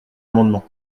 amendement